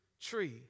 tree